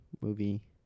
movie